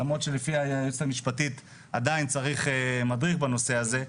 למרות שלפי היועצת המשפטית עדיין צריך מדריך בנושא הזה,